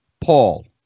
Paul